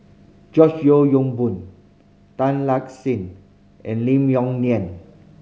George Yeo Yong Boon Tan Lark Sye and Lim Yong Liang